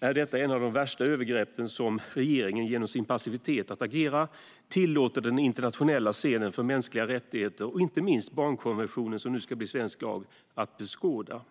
Detta är ett av de värsta övergreppen som regeringen genom sin passivitet tillåter den internationella scenen för mänskliga rättigheter, och inte minst barnkonventionen som nu ska bli svensk lag, att beskåda.